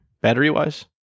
battery-wise